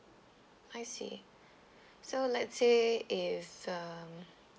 I see so let's say if um